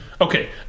Okay